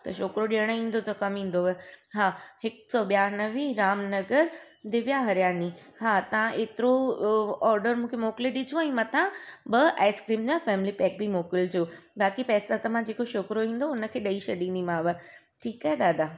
त छोकिरो ॾियणु ईंदो त कमु ईंदुव हा हिकु सौ ॿियानवे रामनगर दिव्या हरियानी हा तव्हां एतिरो ऑडर मूंखे मोकिले ॾिजो ऐं मथां ॿ आईस्क्रीम जा फैमिली पैक बि मोकिलजो बाक़ी पैसा त मां जेको छोकिरो ईंदो उनखे ॾेई छॾींदीमांव ठीकु आहे दादा